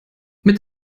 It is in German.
mit